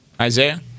Isaiah